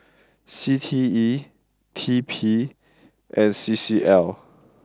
C T E T P and C C L